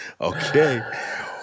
okay